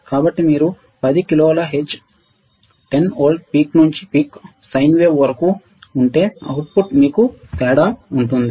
కాబట్టి మీరు 10 కిలోల హెర్ట్జ్ 10 వోల్ట్ పీక్ నుండి పీక్ సైన్ వేవ్ వరకు ఉంటే అవుట్పుట్ మీద తేడా ఉంటుంది